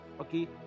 Okay